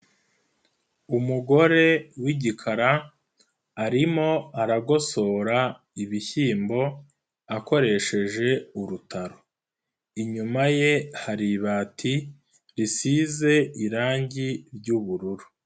Umugore w'igikara arimo aragosora ibishyimbo akoresheje urutaro. Inyuma ye hari ibati risize irangi ry'ubururu.